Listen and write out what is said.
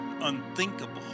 unthinkable